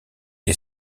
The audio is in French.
est